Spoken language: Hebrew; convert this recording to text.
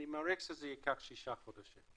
אני מעריך שזה ייקח שישה חודשים.